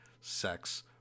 sex